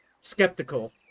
skeptical